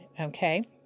Okay